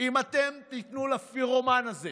אם אתם תיתנו לפירומן הזה